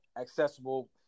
accessible